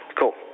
cool